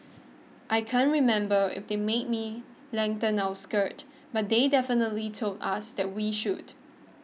I can't remember if they made me lengthen our skirt but they definitely told us that we should